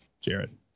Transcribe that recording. Jared